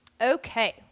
Okay